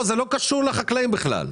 זה לא קשור לצעד הזה בכלל.